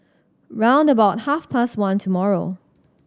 round about half past one tomorrow